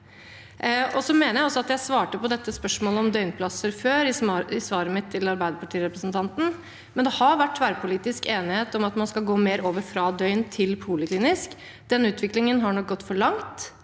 Så mener jeg at jeg har svart på dette spørsmålet om døgnplasser før, i svaret mitt til Arbeiderparti-representanten, men det har vært tverrpolitisk enighet om at man skal gå mer over fra døgnplasser til poliklinisk. Den utviklingen har nok gått for langt.